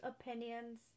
opinions